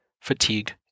fatigue